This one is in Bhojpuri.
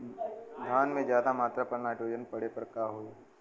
धान में ज्यादा मात्रा पर नाइट्रोजन पड़े पर का होई?